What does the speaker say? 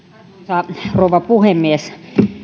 arvoisa rouva puhemies